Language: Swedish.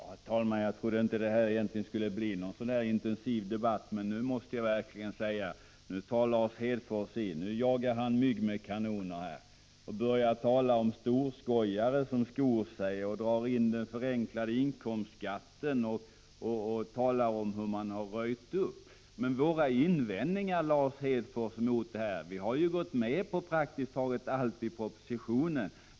Herr talman! Jag trodde inte att det skulle bli någon intensiv debatt i detta ärende, men här måste jag verkligen säga: Nu tar Lars Hedfors i, nu jagar han mygg med kanoner. Han börjar tala om storskojare som skor sig, drar in förenklingar av inkomstskatten och talar om hur man har röjt upp. Men beträffande våra invändningar, Lars Hedfors, mot förslaget måste jag påminna om att vi praktiskt taget gått med på allt i propositionen.